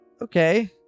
okay